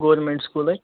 government سکوٗلٕکۍ